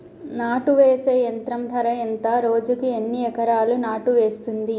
నాటు వేసే యంత్రం ధర ఎంత రోజుకి ఎన్ని ఎకరాలు నాటు వేస్తుంది?